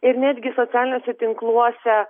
ir netgi socialiniuose tinkluose